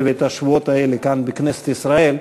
ואת השבועות האלה כאן בכנסת ישראל.